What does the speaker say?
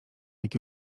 jak